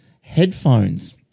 headphones